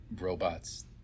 robots